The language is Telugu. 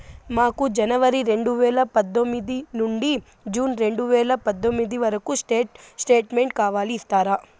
మాకు జనవరి రెండు వేల పందొమ్మిది నుండి జూన్ రెండు వేల పందొమ్మిది వరకు స్టేట్ స్టేట్మెంట్ కావాలి ఇస్తారా